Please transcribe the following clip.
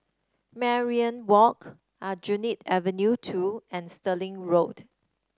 Mariam Walk Aljunied Avenue Two and Stirling Road